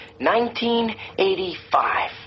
1985